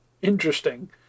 Interesting